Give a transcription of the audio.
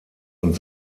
und